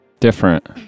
Different